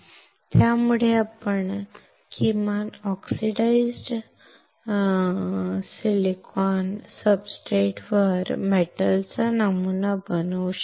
त्यामुळे आता आपण किमान ऑक्सिडाइज्ड सिलिकॉन सब्सट्रेटवर धातूचा नमुना बनवू शकतो